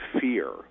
fear